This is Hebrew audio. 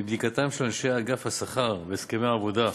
מבדיקתם של אנשי אגף השכר והסכמי העבודה,